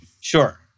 sure